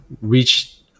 reach